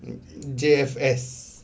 J_F_S